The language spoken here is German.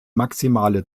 maximale